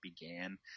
began